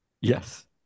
Yes